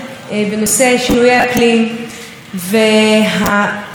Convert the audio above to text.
והדברים שעלו ממנו הם לא פחות ממפחידים,